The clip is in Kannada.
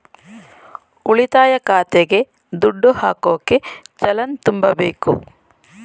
ಉಳಿತಾಯ ಖಾತೆಗೆ ದುಡ್ಡು ಹಾಕೋಕೆ ಚಲನ್ ತುಂಬಬೇಕು